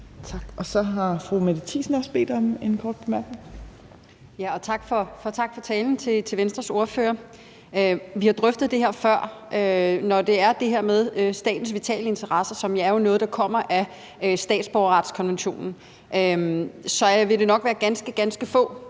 Tak. Så har fru Mette Thiesen også bedt om en kort bemærkning. Kl. 14:47 Mette Thiesen (NB): Tak til Venstres ordfører for talen. Vi har drøftet det her før. Når det er det her med statens vitale interesser, som jo er noget, der kommer af statsborgerretskonventionen, vil det nok være ganske,